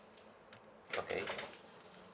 okay